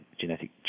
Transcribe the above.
genetic